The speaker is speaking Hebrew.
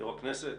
יו"ר הכנסת.